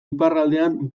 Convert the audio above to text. iparraldean